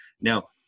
Now